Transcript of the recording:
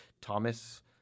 Thomas